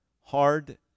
hard